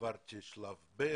עברתי לשלב ב'